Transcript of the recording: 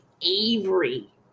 Avery